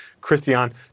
Christian